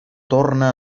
torna